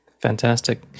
fantastic